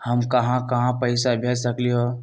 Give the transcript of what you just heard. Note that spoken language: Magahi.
हम कहां कहां पैसा भेज सकली ह?